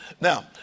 Now